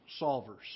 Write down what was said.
solvers